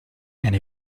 and